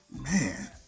man